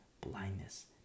Blindness